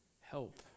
help